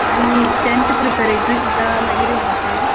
आनी तँत प्रिपॅरेट्री सुद्दां मागीर येवपाचे